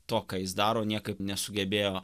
to ką jis daro niekaip nesugebėjo